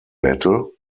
battle